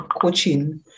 coaching